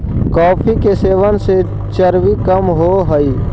coffee के सेवन से चर्बी कम होब हई